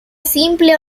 simple